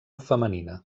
femenina